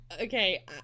Okay